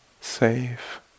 safe